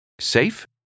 Safe